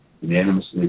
unanimously